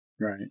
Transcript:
Right